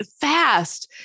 fast